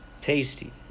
Tasty